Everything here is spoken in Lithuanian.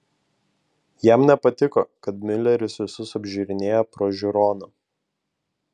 jam nepatiko kad miuleris visus apžiūrinėja pro žiūroną